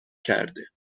کرده